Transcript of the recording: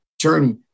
journey